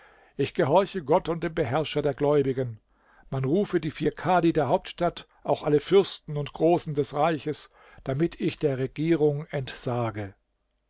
ich gehorche gott und dem beherrscher der gläubigen man rufe die vier kadi der hauptstadt auch alle fürsten und großen des reichs damit ich der regierung entsage